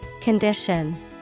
Condition